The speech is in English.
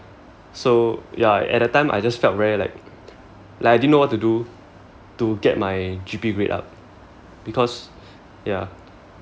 so ya at that time I just felt very like like I didn't know what to do to get my G_P rate up because ya